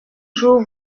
jour